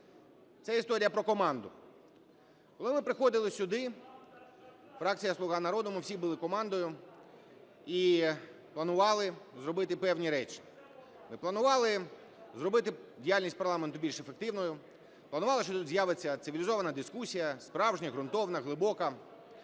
це історія про команду. Коли ми приходили сюди, фракція "Слуга народу", ми всі були командою і планували зробити певні речі. Ми планували зробити діяльність парламенту більш ефективною, планували, що тут з'явиться цивілізована дискусія, справжня, ґрунтовна, глибока,